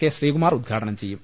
K Sreekumar ഉദ്ഘാ ടനം ചെയ്യും